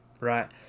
right